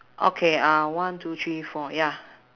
okay uh one two three four ya